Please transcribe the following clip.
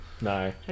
No